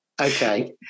okay